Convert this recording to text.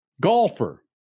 golfer